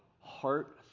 heart